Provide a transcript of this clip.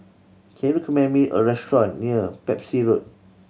can you recommend me a restaurant near Pepys Road